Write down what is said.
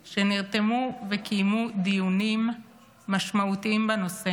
שנרתמו וקיימו דיונים משמעותיים בנושא,